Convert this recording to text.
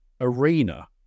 arena